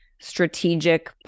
strategic